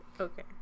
Okay